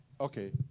Okay